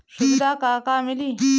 सुविधा का का मिली?